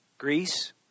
Greece